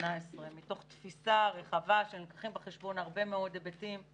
מתוך תפיסה רחבה שלוקחת בחשבון הרבה מאוד היבטים,